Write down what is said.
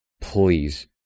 Please